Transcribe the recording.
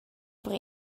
per